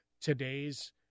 today's